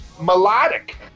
Melodic